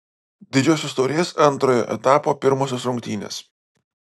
didžiosios taurės antrojo etapo pirmosios rungtynės